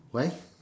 why